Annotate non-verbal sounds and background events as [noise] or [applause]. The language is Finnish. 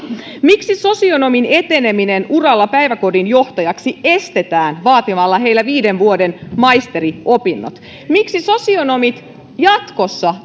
miksi sosionomin eteneminen uralla päiväkodin johtajaksi estetään vaatimalla häneltä viiden vuoden maisteriopinnot miksi sosionomit jatkossa [unintelligible]